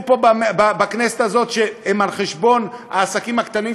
פה בכנסת הזאת שהם על חשבון העסקים הקטנים,